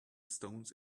stones